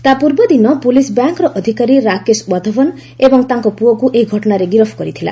ତା' ପୂର୍ବଦିନ ପୁଲିସ୍ ବ୍ୟାଙ୍କର ଅଧିକାରୀ ରାକେଶ ୱାଧବନ୍ ଏବଂ ତାଙ୍କ ପୁଅକୁ ଏହି ଘଟଣାରେ ଗିରଫ କରିଥିଲା